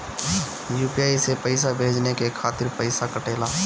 UPI से पइसा भेजने के खातिर पईसा कटेला?